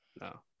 no